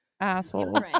asshole